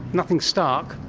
nothing stark.